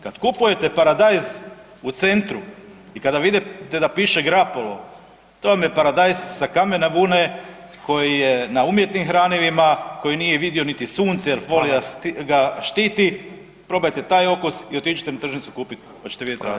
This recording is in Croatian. Kad kupujete paradajz u centru i kada vidite da piše grappolo, to vam je paradajz sa kamena, ... koji je na umjetnim hranivima, koji nije vidio niti sunce, [[Upadica Radin: Hvala.]] jer folija ga štiti, probajte taj okus i otiđite na tržnicu kupit pa ćete vidjet razliku.